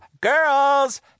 Girls